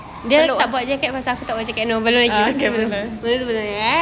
peluh ya belum